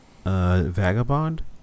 Vagabond